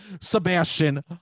sebastian